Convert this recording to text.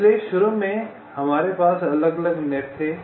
इसलिए शुरू में हमारे पास अलग अलग नेट थे